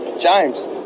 James